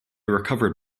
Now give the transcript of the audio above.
recovered